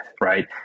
right